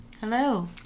Hello